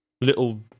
little